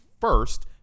First